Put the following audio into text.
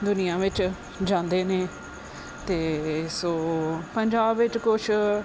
ਦੁਨੀਆਂ ਵਿੱਚ ਜਾਂਦੇ ਨੇ ਅਤੇ ਸੋ ਪੰਜਾਬ ਵਿੱਚ ਕੁਛ